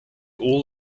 all